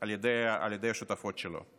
על ידי השותפות שלו,